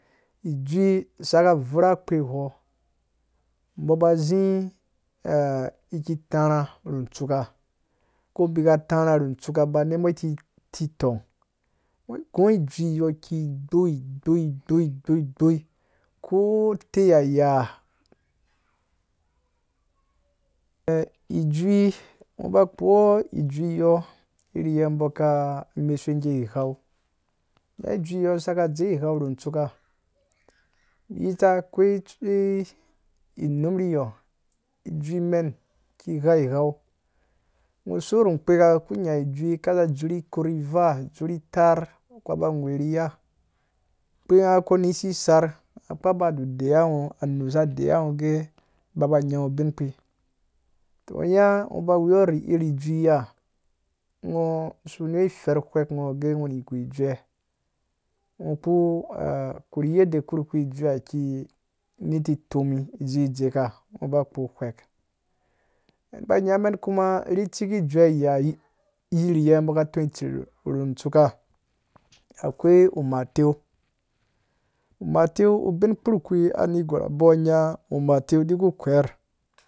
Ijui saka vura akpe wɔɔ boba zi ki tarha ru tsuuka ko bika tarha ru tsuuka ba nibo titong ngho gũ ijui yɔɔ ke gboi gboi gboi gboi gboi ko teya yaha ijui ngho ba kpowɔɔ ijui yɔɔ boka mesa gee ghau hau ijui yɔɔ saka dze ghau ru tsuuka yita koyi num yiyɔɔ ijui me ki ghau ghau so ru kpeka kpɛ nya jui ka za dzur ikor vaa dzur taar kũba ghwewe ri ya kpengha kuni sisar kpɛba eiya ngho anusa eiyiwa ngho gee ba ba nyanghur bein kpi to nyãɔɔ ba wori iri ijui yi ha ngho si niwo fer wek ngho gee ngho ni goi jue ngho kpɛ korhu yadda kurkpi ijuiki ni titomi dzidzeka ngho ba kpo wek men ba nyamen kuma ri ciki jue yirye bo ka tõi itser ru tsuuka akwai umateu umaten ubin kpurkpi a bɔɔ anya ku kwer